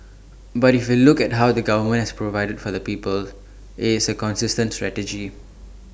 but if you look at how the government has provided for the people IT is A consistent strategy